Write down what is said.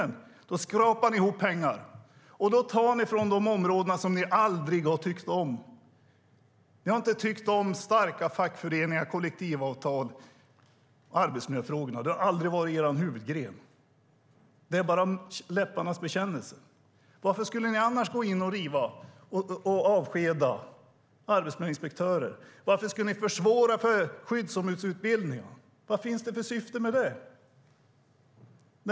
Ni skrapar ihop pengar, och då tar ni från de områden som ni aldrig har tyckt om. Ni har inte tyckt om starka fackföreningar, kollektivavtal och arbetsmiljöfrågorna. Det har aldrig varit er huvudgren. Det är bara läpparnas bekännelse. Varför skulle ni annars gå in och riva och avskeda arbetsmiljöinspektörer? Varför skulle ni försvåra när det gäller skyddsombudsutbildningarna? Vad finns det för syfte med det?